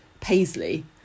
Paisley